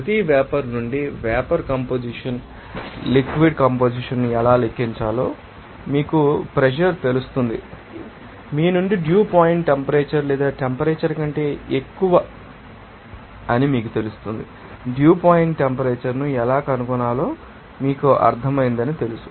ప్రతి వేపర్ నుండి vapour composition liquid composition ను ఎలా లెక్కించాలి మీకు ప్రెషర్ తెలుసు లేదా మీ నుండి డ్యూ పాయింట్ టెంపరేచర్ లేదా టెంపరేచర్ కంటే ఎక్కువ తెలుసు అని మీకు తెలుసు నేను అనుకుంటున్నాను డ్యూ పాయింట్ టెంపరేచర్ ను ఎలా కనుగొనాలో మీకు అర్థమైందని మీకు తెలుసు